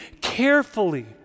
carefully